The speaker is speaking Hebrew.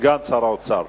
סגן שר האוצר.